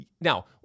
now